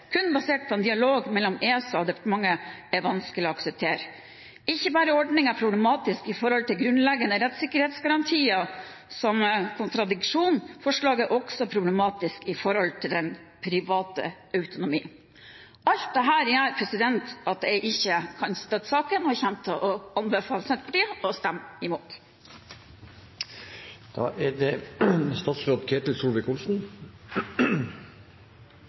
kun basert på en dialog mellom ESA og departementet, er vanskelig å akseptere. Ikke bare er ordningen problematisk i forhold til grunnleggende rettssikkerhetsgarantier som kontradiksjon. Forslaget er også problematisk i forhold til den private autonomi.» Alt dette gjør at jeg ikke kan støtte komiteens tilråding i denne saken, og jeg kommer til å anbefale Senterpartiet å stemme